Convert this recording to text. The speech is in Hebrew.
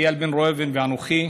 איל בן ראובן ואנוכי.